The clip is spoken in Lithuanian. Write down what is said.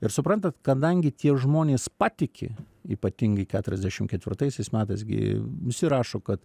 ir suprantat kadangi tie žmonės patiki ypatingai keturiasdešim ketvirtaisiais metais gi visi rašo kad